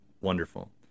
Wonderful